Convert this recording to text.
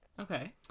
Okay